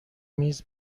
میز